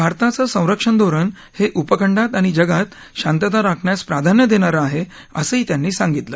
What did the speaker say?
भारताचा संरक्षण धोरण हे उपखंडात आणि जगात शांतता राखण्यास प्राधान्य देणार आहे असं ही त्यांनी सांगितलं